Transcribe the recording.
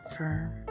firm